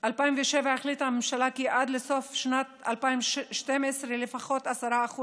2007 החליטה הממשלה כי עד לסוף שנת 2012 לפחות 10%